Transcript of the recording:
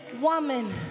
woman